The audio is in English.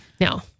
No